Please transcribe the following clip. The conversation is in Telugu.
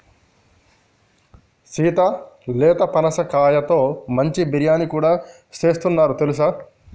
సీత లేత పనసకాయతో మంచి బిర్యానీ కూడా సేస్తున్నారు తెలుసా